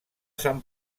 sant